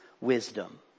wisdom